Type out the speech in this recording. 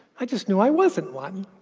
i just knew i wasn't one.